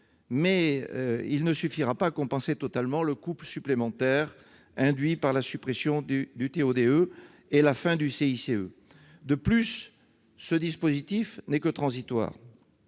mais celle-ci ne suffira pas à compenser intégralement le coût supplémentaire induit par la suppression du TO-DE et la fin du CICE. De plus, ce dispositif n'est que transitoire.